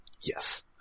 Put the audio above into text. Yes